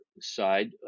side